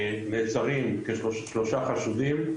נעצרים שלושה חשודים,